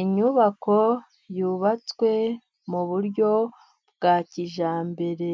Inyubako yubatswe mu buryo bwa kijyambere